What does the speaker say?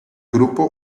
grupo